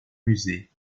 musée